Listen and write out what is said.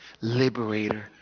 liberator